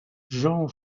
jean